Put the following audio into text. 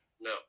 No